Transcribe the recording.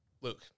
Luke